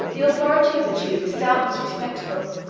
the authority of a jew is doubtless respectable